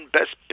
Best